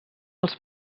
els